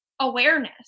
awareness